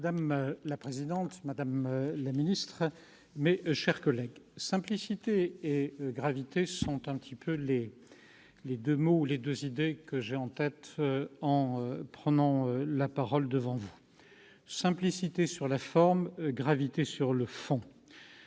Madame la présidente, madame la ministre, mes chers collègues, simplicité et gravité sont les deux mots qui me viennent à l'esprit en prenant la parole devant vous ; simplicité sur la forme, gravité sur le fond.